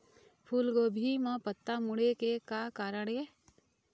फूलगोभी म पत्ता मुड़े के का कारण ये?